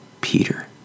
Peter